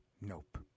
nope